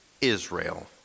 Israel